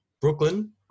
Brooklyn